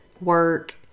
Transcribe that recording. work